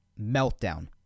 meltdown